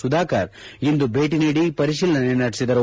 ಸುಧಾಕರ್ ಇಂದು ಭೇಟಿ ನೀಡಿ ಪರಿಶೀಲನೆ ನಡೆಸಿದರು